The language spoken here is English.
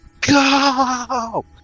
go